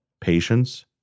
patience